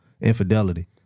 infidelity